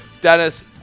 Dennis